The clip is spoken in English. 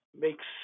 makes